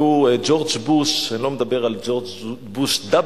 והוא ג'ורג' בוש, אני לא מדבר על ג'ורג' וו.